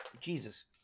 Jesus